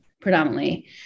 predominantly